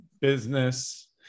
business